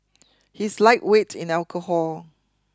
he is lightweight in alcohol